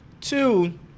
Two